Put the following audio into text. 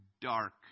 dark